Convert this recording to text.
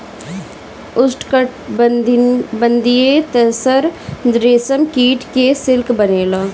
उष्णकटिबंधीय तसर रेशम कीट से सिल्क बनेला